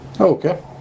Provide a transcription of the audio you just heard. Okay